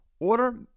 Order